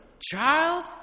Child